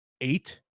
eight